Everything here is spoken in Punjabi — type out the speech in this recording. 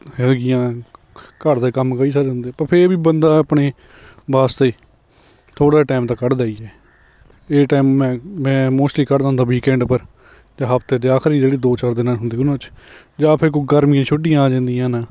ਹੈਗੀਆਂ ਘਰ ਦੇ ਕੰਮ ਕਈ ਸਾਰੇ ਹੁੰਦੇ ਪਰ ਫਿਰ ਵੀ ਬੰਦਾ ਆਪਣੇ ਵਾਸਤੇ ਥੋੜ੍ਹਾ ਟਾਈਮ ਤਾਂ ਕੱਢਦਾ ਹੀ ਹੈ ਇਹ ਟਾਈਮ ਮੈਂ ਮੈਂ ਮੋਸਟਲੀ ਕੱਢਦਾ ਹੁੰਦਾ ਵੀਕੈਂਡ ਪਰ ਅਤੇ ਹਫਤੇ ਦੇ ਆਖਰੀ ਜਿਹੜੇ ਦੋ ਚਾਰ ਦਿਨ ਹੁੰਦੇ ਉਹਨਾਂ 'ਚ ਜਾਂ ਫਿਰ ਕੋਈ ਗਰਮੀਆਂ ਦੀਆਂ ਛੁੱਟੀਆਂ ਆ ਜਾਂਦੀਆਂ ਨੇ